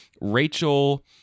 Rachel